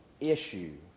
issue